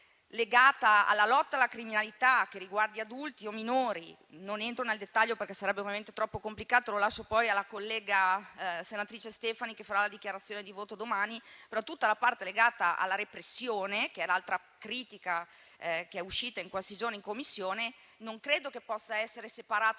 legata alla lotta alla criminalità, che riguardi adulti o minori - non entro nel dettaglio, perché sarebbe veramente troppo complicato e lascio il compito alla collega senatrice Stefani che farà la dichiarazione di voto domani - tutta la parte legata alla repressione, che è l'altra critica che è emersa in questi giorni in Commissione, non credo che possa essere separata